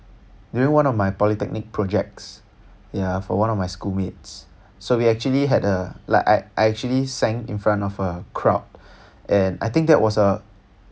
during one of my polytechnic projects ya for one of my school mates so we actually had a like I I actually sang in front of a crowd and I think that was a